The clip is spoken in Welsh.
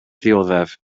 dioddef